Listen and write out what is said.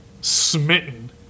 smitten